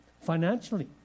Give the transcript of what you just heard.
Financially